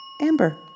Amber